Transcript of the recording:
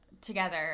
Together